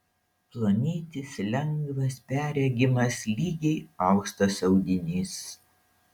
plonytis lengvas perregimas lygiai austas audinys